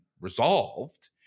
resolved